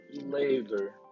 labor